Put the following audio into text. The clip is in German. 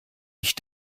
ich